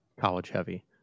college-heavy